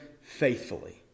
faithfully